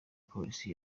polisi